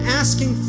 asking